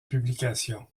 publications